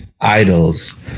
idols